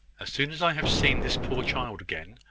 as soon as i have seen this poor child again,